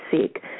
seek